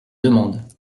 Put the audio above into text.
demandes